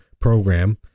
program